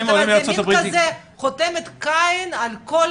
זה מן כזה חותמת קיין על כל